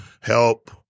help